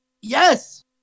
Yes